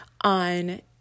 on